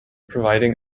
providing